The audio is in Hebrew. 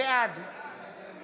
בעד מרב מיכאלי,